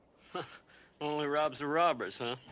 but only robs the robbers are